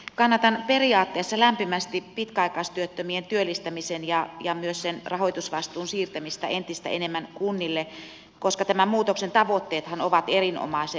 kannatan periaatteessa lämpimästi pitkäaikaistyöttömien työllistämisen ja myös sen rahoitusvastuun siirtämistä entistä enemmän kunnille koska tämän muutoksen tavoitteethan ovat erinomaiset